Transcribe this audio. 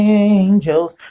angels